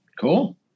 Cool